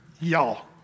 y'all